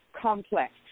complex